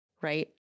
right